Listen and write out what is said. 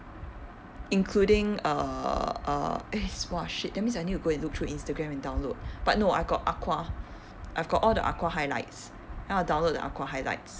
including uh uh eh !wah! shit that means I need to go and look through instagram and download but no I got aqua I've got all the aqua highlights then I will download all the aqua highlights